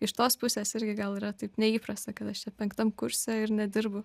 iš tos pusės irgi gal yra taip neįprasta kad aš čia penktam kurse ir nedirbu